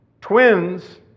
twins